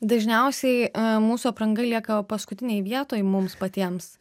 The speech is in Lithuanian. dažniausiai mūsų apranga lieka jau paskutinėj vietoj mums patiems